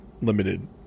Limited